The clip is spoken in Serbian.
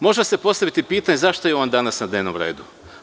Može se postaviti pitanje – zašto je on danas na dnevnom redu?